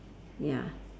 ya